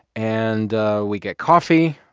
and we get coffee.